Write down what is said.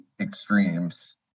extremes